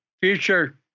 future